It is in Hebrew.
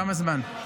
כמה זמן?